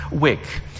wick